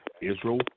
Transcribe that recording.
Israel